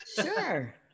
Sure